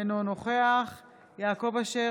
אינו נוכח יעקב אשר,